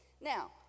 now